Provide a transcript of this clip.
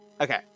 Okay